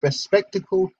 bespectacled